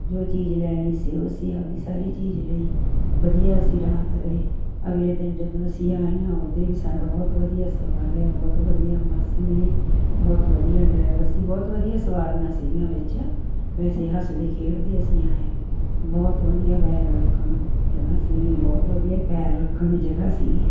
ਜੋ ਚੀਜ਼ ਲੈਣੀ ਸੀ ਉਹ ਅਸੀਂ ਆਪਣੀ ਸਾਰੀ ਚੀਜ਼ ਲਈ ਵਧੀਆ ਅਸੀਂ ਰਾਤ ਰਹੇ ਅਗਲੇ ਦਿਨ ਜਦੋਂ ਅਸੀਂ ਆਏ ਹਾਂ ਉਦੇ ਵੀ ਸਾਡਾ ਬਹੁਤ ਵਧੀਆ ਸਫ਼ਰ ਰਿਹਾ ਬਹੁਤ ਵਧੀਆ ਬੱਸ ਮਿਲੀ ਬਹੁਤ ਵਧੀਆ ਡਰਾਈਵਰ ਸੀ ਬਹੁਤ ਵਧੀਆ ਸਵਾਰੀਆਂ ਸੀਗੀਆਂ ਵਿੱਚ ਵੈਸੇ ਹੱਸਦੇ ਖੇਡਦੇ ਅਸੀਂ ਆਏ ਹਾਂ ਬਹੁਤ ਵਧੀਆ ਬੈਗ ਰੱਖਣ ਨੂੰ ਜਗ੍ਹਾ ਸੀਗੀ ਬਹੁਤ ਵਧੀਆ ਪੈਰ ਰੱਖਣ ਨੂੰ ਜਗ੍ਹਾ ਸੀਗੀ